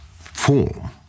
form